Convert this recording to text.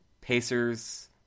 Pacers